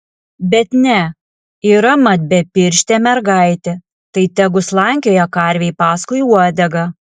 bet ne yra mat bepirštė mergaitė tai tegu slankioja karvei paskui uodegą